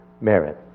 merit